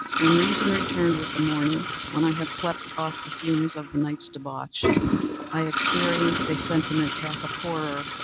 when reason returned with the morning when i had slept off the fumes of the night's debauch i experienced a sentiment half of horror,